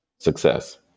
Success